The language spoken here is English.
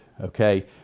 Okay